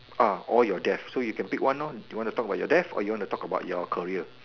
ah or your death so you can pick one lor do you want to talk about your death or you want to talk about your career